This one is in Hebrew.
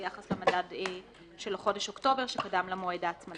ביחס למדד של חודש אוקטובר שקדם למועד ההצמדה.